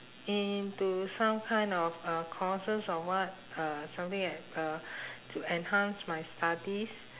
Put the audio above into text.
into some kind of uh courses or what uh something like uh to enhance my studies